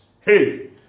Hey